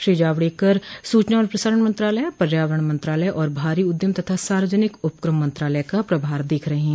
श्री जावड़ेकर सूचना और प्रसारण मंत्रालय पर्यावरण मंत्रालय और भारी उद्यम तथा सार्वजनिक उपक्रम मंत्रालय का प्रभार देख रहे हैं